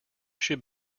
should